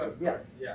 Yes